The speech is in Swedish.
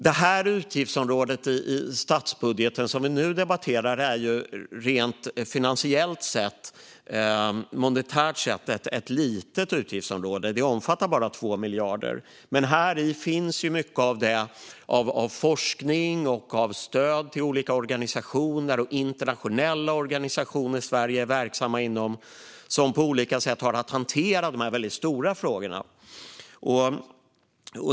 Det utgiftsområde i statsbudgeten som vi nu debatterar är ju rent finansiellt och monetärt sett ett litet utgiftsområde; det omfattar bara 2 miljarder. Men häri finns mycket av forskning och av stöd till olika organisationer och internationella organisationer som Sverige är verksamt inom och som på olika sätt har att hantera dessa väldigt stora frågor.